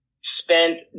spent